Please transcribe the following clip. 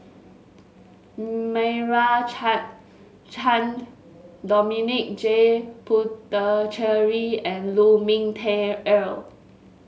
Meira Chand Chand Dominic J Puthucheary and Lu Ming Teh Earl